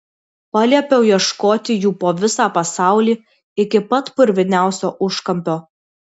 paliepiau ieškoti jų po visą pasaulį iki pat purviniausio užkampio